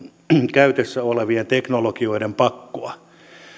käytössä olevien teknologioiden pakkoa